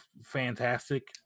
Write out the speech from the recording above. fantastic